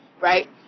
right